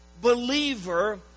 believer